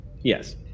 Yes